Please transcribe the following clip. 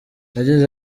yagize